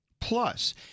Plus